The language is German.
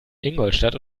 ingolstadt